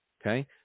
okay